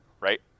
right